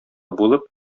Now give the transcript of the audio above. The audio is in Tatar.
булып